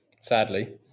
sadly